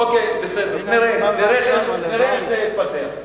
בסדר, נראה איך זה ייפתר.